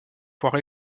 parfois